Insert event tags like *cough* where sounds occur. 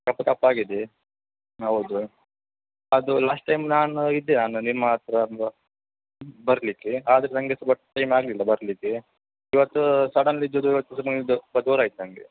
ಕಪ್ಪು ಕಪ್ಪಾಗಿದೆ ಹೌದು ಅದು ಲಾಸ್ಟ್ ಟೈಮ್ ನಾನು ಇದ್ದೆ ನಾನು ನಿಮ್ಮ ಹತ್ತಿರ ಒಂದು ಬರಲಿಕ್ಕೆ ಆದರೆ ನನಗೆ ಸ ಬಟ್ ಟೈಮ್ ಆಗಲಿಲ್ಲ ಬರಲಿಕ್ಕೆ ಇವತ್ತು ಸಡನ್ಲಿ *unintelligible* ಸ್ವಲ್ಪ ಜೋರು ಆಯಿತು ನನಗೆ